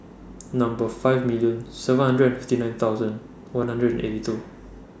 Number five million seven hundred and fifty nine thousand one hundred and eighty two